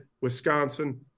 Wisconsin